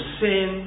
sin